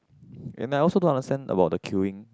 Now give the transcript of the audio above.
and I don't understand about the queuing